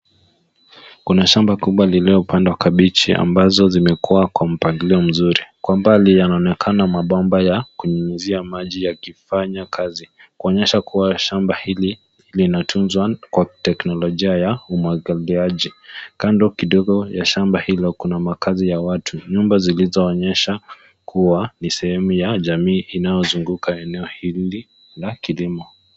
Kuna shamba kubwa lililopandwa kabichi ambazo zimekua kwa mpangilio mzuri. Kwa mbali yanaonekana mabomba ya kunyunyizia maji yakifanya kazi, kuonyesha kuwa shamba hili linatunzwa kwa teknolojia ya umwagiliaji. Kando kidogo ya shamba hilo kuna makazi ya watu. Nyumba zilizoonyesha kuwa ni sehemu ya jamii inayozunguka eneo hili la kilimo.